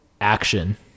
action